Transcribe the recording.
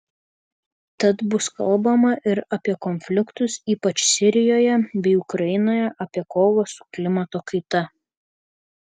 tad bus kalbama ir apie konfliktus ypač sirijoje bei ukrainoje apie kovą su klimato kaita